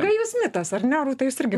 gajus mitas ar ne rūta jūs irgi